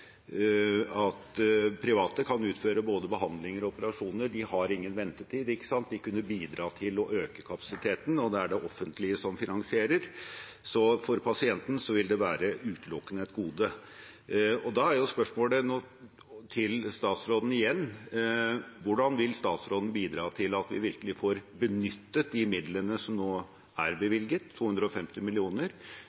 at private kan utføre både behandlinger og operasjoner. De har ingen ventetid, de kunne bidratt til å øke kapasiteten, og det er det offentlige som finansierer, så for pasienten vil det utelukkende være et gode. Da er spørsmålet til statsråden igjen: Hvordan vil statsråden bidra til at vi virkelig får benyttet de midlene som nå er